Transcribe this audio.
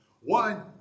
One